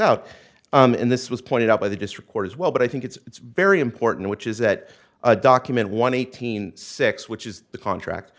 out and this was pointed out by the district court as well but i think it's very important which is that document one eighteen six which is the contract